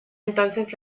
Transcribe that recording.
entonces